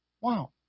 Wow